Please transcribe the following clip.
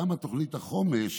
גם תוכנית החומש